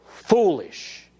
Foolish